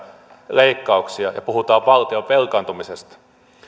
leikkauksia ja puhutaan valtion velkaantumisesta mutta